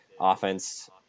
offense